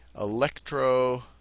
Electro